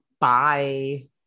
Bye